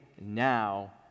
now